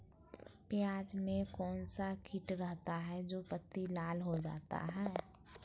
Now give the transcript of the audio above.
प्याज में कौन सा किट रहता है? जो पत्ती लाल हो जाता हैं